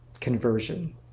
conversion